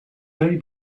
vary